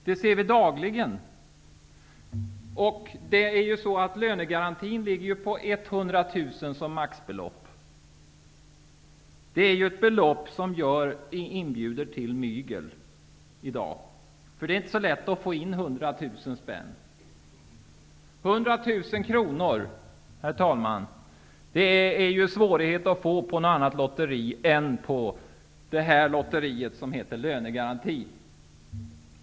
Vi ser ju dagligen vad det är fråga om. Lönegarantin ligger på 100 000 kr som maxbelopp. Det är ett belopp som inbjuder till mygel. Det är inte så lätt att få ihop 100 000 kr Det är svårt, herr talman, att få 100.000 kronor på något annat lotteri än på det lotteri som heter lönegaranti.